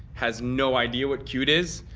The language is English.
has no idea what cute is.